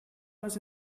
les